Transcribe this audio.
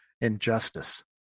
injustice